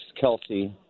Kelsey